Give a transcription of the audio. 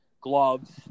gloves